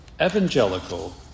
evangelical